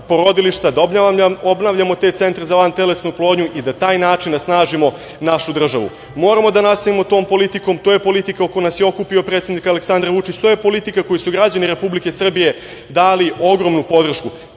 da obnavljamo te centre za vantelesnu oplodnju i na taj način da snažimo našu državu. Moramo da nastavimo tom politikom. To je politika oko koje nas je okupio predsednik Aleksandar Vučić. To je politika koju su građani Republike Srbije dali ogromnu podršku.